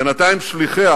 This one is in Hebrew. בינתיים, שליחיה